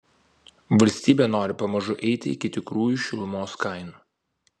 valstybė nori pamažu eiti iki tikrųjų šilumos kainų